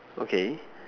okay